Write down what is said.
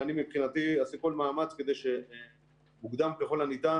ואני מבחינתי אעשה כל מאמץ כדי שמוקדם ככל הניתן